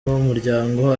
muryango